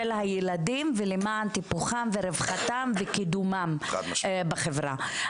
הילדים ולמען טיפוחם ורווחתם וקידומם בחברה.